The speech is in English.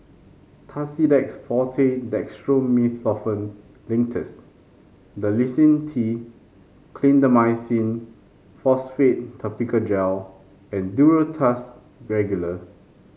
Tussidex Forte Dextromethorphan Linctus Dalacin T Clindamycin Phosphate Topical Gel and Duro Tuss Regular